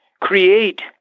create